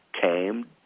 came